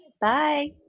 Bye